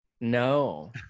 No